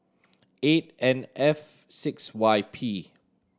eight N F six Y P